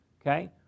Okay